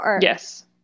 Yes